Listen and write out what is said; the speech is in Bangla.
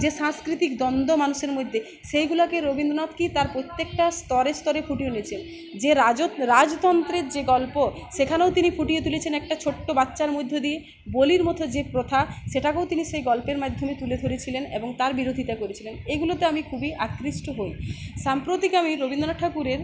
যে সাংস্কৃতিক দ্বন্দ্ব মানুষের মধ্যে সেইগুলাকে রবীন্দ্রনাথ কি তার প্রত্যেকটা স্তরে স্তরে ফুটিয়ে তুলেছেন যে রাজ রাজতন্ত্রের যে গল্প সেখানেও তিনি ফুটিয়ে তুলেছেন একটা ছোট্ট বাচ্চার মধ্যে দিয়ে বলির মতো যে প্রথা সেটাকেও তিনি সেই গল্পের মাধ্যমে তুলে ধরেছিলেন এবং তার বিরোধিত করেছিলেন এগুলোতে আমি খুবই আকৃষ্ট হই সাম্প্রতিক আমি রবীন্দ্রনাথ ঠাকুরের